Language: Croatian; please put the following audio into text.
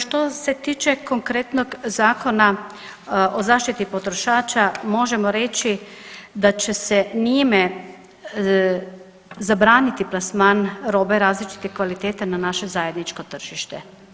Što se tiče konkretnog Zakona o zaštiti potrošača možemo reći da će se njime zabraniti plasman robe različite kvalitete na naše zajedničko tržište.